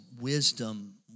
wisdom